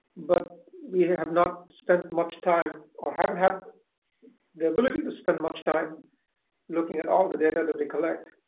but we have not spent much time or haven't had the ability to spend much time looking at all the data that we collect,